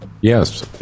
yes